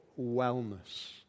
wellness